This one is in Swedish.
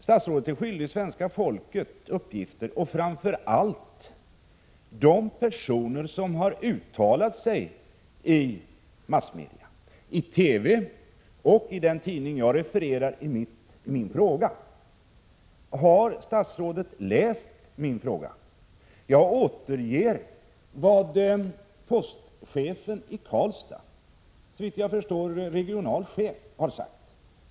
Statsrådet är skyldig svenska folket ett besked, framför allt de personer som har uttalat sig i massmedia, i TV och i den tidning som jag refererar till i min fråga. Har statsrådet läst min fråga? Jag återger vad postchefen i Karlstad, som såvitt jag förstår är regionalchef, har sagt.